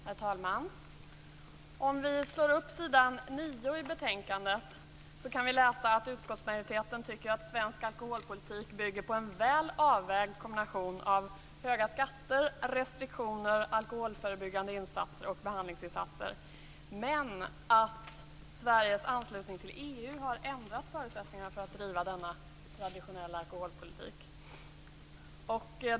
Herr talman! Om vi slår upp s. 9 i betänkandet kan vi läsa att utskottsmajoriteten tycker att svensk alkoholpolitik bygger på en väl avvägd kombination av höga skatter, restriktioner, alkoholförebyggande insatser och behandlingsinsatser men att Sveriges anslutning till EU ändrat förutsättningarna för att driva denna traditionella alkoholpolitik.